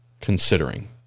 considering